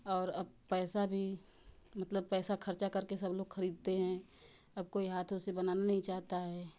और अब पैसा भी मतलब पैसा खर्चा करके सब लोग खरीदते हैं अब कोई हाथों से बनाना नहीं चाहता है